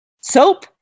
soap